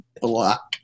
Block